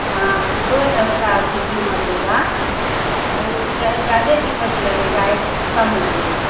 हाँ तो दो ढंग का की कीमत होगा एगो ज़्यादा कीमत लगेगा एगो के कम लगेगा